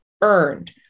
earned